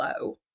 low